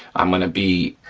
i'm gonna be,